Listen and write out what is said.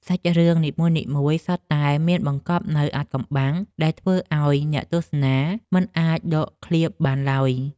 សាច់រឿងនីមួយៗសុទ្ធតែមានបង្កប់នូវអាថ៌កំបាំងដែលធ្វើឱ្យអ្នកទស្សនាមិនអាចដកឃ្លាបានឡើយ។